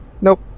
nope